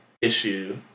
issue